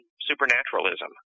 supernaturalism